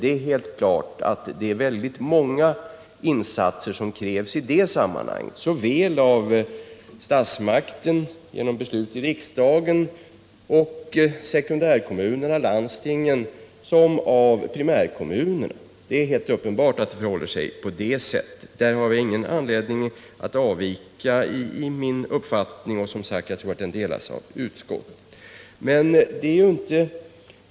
Det står helt klart att det här krävs väldigt många insatser såväl av statsmakten och sekundärkommunerna som av primärkommunerna. Det är helt uppenbart att det förhåller sig på det sättet. Jag har ingen anledning att avvika från Yvonne Hedvalls uppfattning i det avseendet, och jag tror som sagt att uppfattningen delas av utskottet.